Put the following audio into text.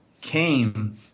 came